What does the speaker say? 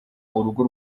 urugo